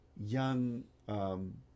young